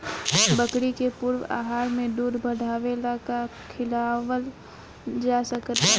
बकरी के पूर्ण आहार में दूध बढ़ावेला का खिआवल जा सकत बा?